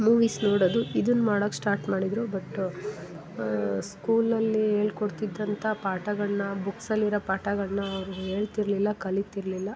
movies ನೋಡೋದು ಇದನ್ನು ಮಾಡೋಕ್ಕೆ ಸ್ಟಾರ್ಟ್ ಮಾಡಿದರು ಬಟ್ ಸ್ಕೂಲಲ್ಲಿ ಹೇಳ್ಕೊಡ್ತಿದ್ದಂತ ಪಾಠಗಳನ್ನ ಬುಕ್ಸಲ್ಲಿರೋ ಪಾಠಗಳನ್ನ ಅವ್ರು ಹೇಳ್ತಿರಲಿಲ್ಲ ಕಲೀತಿರ್ಲಿಲ್ಲ